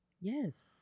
Yes